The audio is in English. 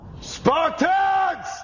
Spartans